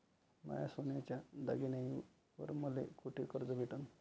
माया सोन्याच्या दागिन्यांइवर मले कुठे कर्ज भेटन?